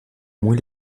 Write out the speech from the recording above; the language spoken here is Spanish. muy